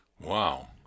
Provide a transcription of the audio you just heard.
Wow